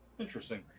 Interesting